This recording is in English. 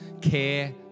care